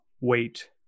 wait